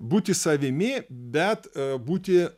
būti savimi bet būti